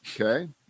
okay